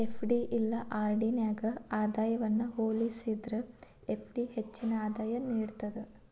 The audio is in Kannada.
ಎಫ್.ಡಿ ಇಲ್ಲಾ ಆರ್.ಡಿ ನ್ಯಾಗ ಆದಾಯವನ್ನ ಹೋಲಿಸೇದ್ರ ಎಫ್.ಡಿ ಹೆಚ್ಚಿನ ಆದಾಯ ನೇಡ್ತದ